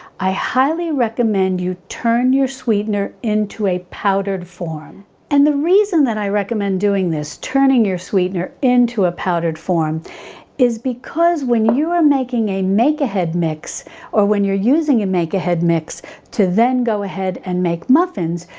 i highly recommend you turn your sweetener into a powdered form and the reason that i recommend doing this, turning your sweetener into a powdered form is because when you are making a make ahead mix or when you're using a and make ahead mix to then go ahead and make muffins,